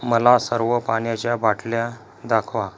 मला सर्व पाण्याच्या बाटल्या दाखवा